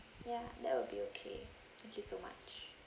ya that will be okay thank you so much